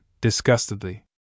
disgustedly